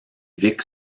vic